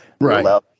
right